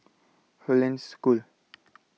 Hollandse School